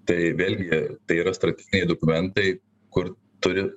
tai vėlgi tai yra strateginiai dokumentai kur turi